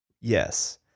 Yes